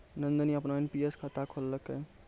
नंदनी अपनो एन.पी.एस खाता खोललकै